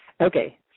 Okay